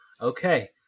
Okay